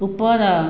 ଉପର